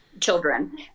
children